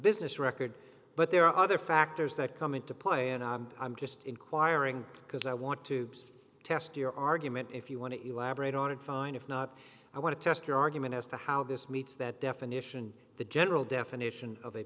business record but there are other factors that come into play and i'm just inquiring because i want to test your argument if you want to elaborate on it fine if not i want to test your argument as to how this meets that definition the general definition of